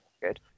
good